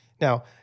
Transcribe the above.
Now